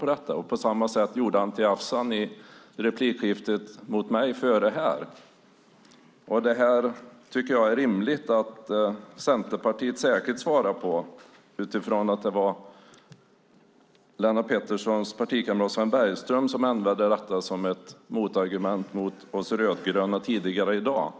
På det sättet gjorde Anti Avsan i replikskiftet mot mig tidigare. Jag tycker att det är rimligt att Centerpartiet svarar utifrån att det var Lennart Petterssons partikamrat Sven Bergström som använde detta som motargument mot oss rödgröna tidigare i dag.